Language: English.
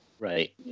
Right